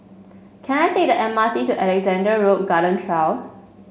can I take the M R T to Alexandra Road Garden Trail